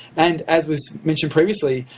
and as we mentioned previously,